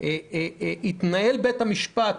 התנהל בית המשפט